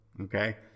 okay